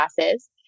classes